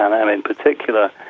and am in particular,